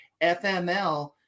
FML